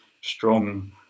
strong